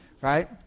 right